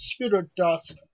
ScooterDust